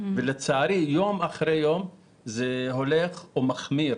לצערי, יום אחרי יום זה הולך ומחמיר.